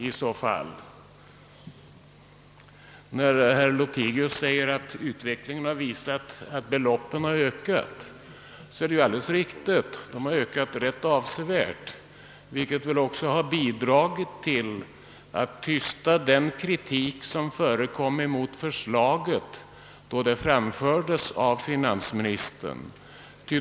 Herr Lothigius säger att utvecklingen har visat att bidragsbeloppen har ökat, och det är alldeles riktigt. De har ökat rätt avsevärt, vilket väl har bidragit till att tysta den kritik som förekom emot förslaget när det framfördes av finansministern.